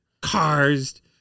cars